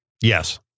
Yes